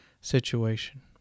situation